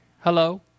Hello